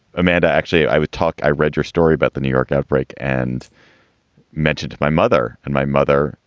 amanda, actually, i would talk. i read your story about the new york outbreak and mentioned my mother and my mother,